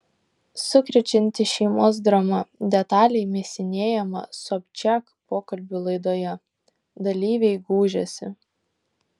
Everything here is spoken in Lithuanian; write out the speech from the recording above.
sukrečianti šeimos drama detaliai mėsinėjama sobčiak pokalbių laidoje dalyviai gūžiasi